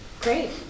Great